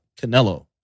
Canelo